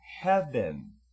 heaven